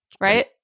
Right